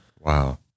Wow